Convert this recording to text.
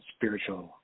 Spiritual